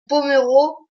pomereux